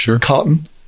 cotton